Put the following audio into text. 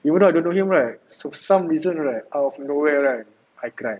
even though I don't know him right so for some reason right out of nowhere right I cry